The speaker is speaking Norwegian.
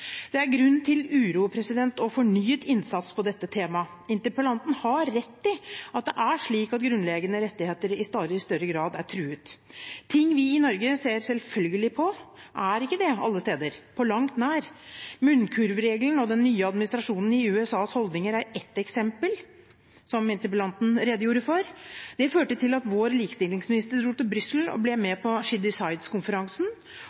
Det er grunn til uro og fornyet innsats når det gjelder dette temaet. Interpellanten har rett i at det er slik at grunnleggende rettigheter i stadig større grad er truet. Ting vi i Norge ser på som selvfølgelige, er ikke det alle steder, på langt nær. Munnkurvregelen og holdningene til den nye administrasjonen i USA er ett eksempel, som interpellanten redegjorde for. Det førte til at vår likestillingsminister dro til Brussel og ble